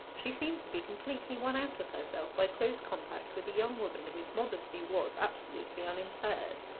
she seemed to be completely won out of herself by close contact with a young woman whose modesty was absolutely unimpaired,